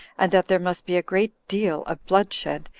and that there must be a great deal of bloodshed,